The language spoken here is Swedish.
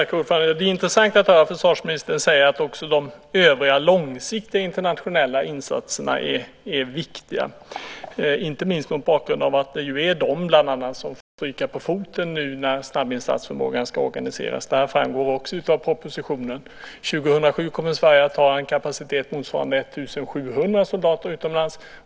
Herr talman! Det är intressant att höra försvarsministern säga att också de övriga långsiktiga internationella insatserna är viktiga, inte minst mot bakgrund av att det bland annat är just de som får stryka på foten när snabbinsatsförmågan ska organiseras. Detta framgår också av propositionen. 2007 kommer Sverige att ha en kapacitet motsvarande 1 700 soldater utomlands.